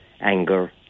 anger